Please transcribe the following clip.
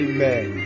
Amen